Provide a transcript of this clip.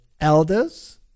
elders